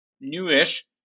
newish